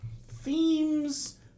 themes